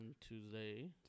Tuesday